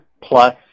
plus